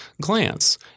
glance